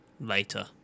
later